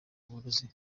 abarozi